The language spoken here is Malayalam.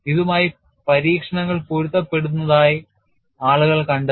ഇതുമായി പരീക്ഷണങ്ങൾ പൊരുത്തപ്പെടുന്നതായി ആളുകൾ കണ്ടെത്തി